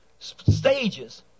Stages